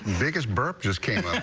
biggest burp just can't.